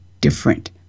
different